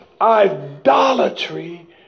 idolatry